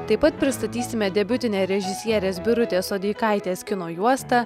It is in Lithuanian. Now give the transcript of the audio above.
taip pat pristatysime debiutinę režisierės birutės sodeikaitės kino juostą